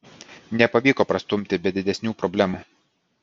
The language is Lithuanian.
nepavyko prastumti be didesnių problemų